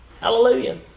Hallelujah